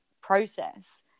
process